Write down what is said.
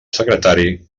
secretari